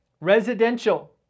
residential